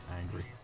angry